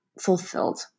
fulfilled